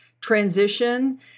transition